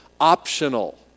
optional